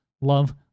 love